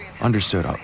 Understood